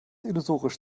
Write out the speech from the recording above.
illusorisch